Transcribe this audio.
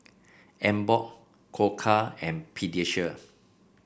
Emborg Koka and Pediasure